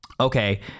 Okay